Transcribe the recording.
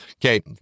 Okay